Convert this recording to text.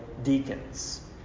deacons